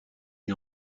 est